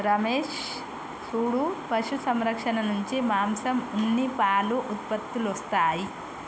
రమేష్ సూడు పశు సంరక్షణ నుంచి మాంసం ఉన్ని పాలు ఉత్పత్తులొస్తాయి